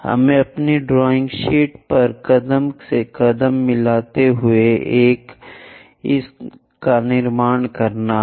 हमें अपनी drawing sheet पर कदम से कदम मिलाते हुए इसका निर्माण करना हैं